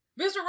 Mr